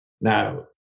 Now